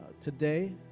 today